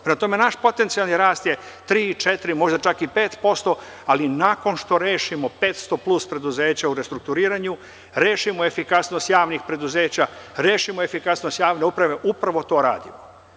Prema tome, naš potencijalni rast je tri, četiri, a možda čak i pet posto, ali nakon što rešimo 500 plus preduzeća u restrukturiranju, rešimo efikasnost javnih preduzeća, rešimo efikasnost javne uprave i upravo to radimo.